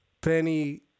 Penny